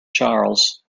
charles